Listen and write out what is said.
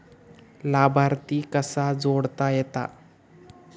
लाभार्थी कसा जोडता येता?